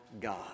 God